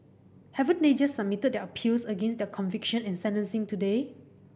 haven't they just submitted their appeals against their conviction and sentencing today